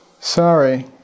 sorry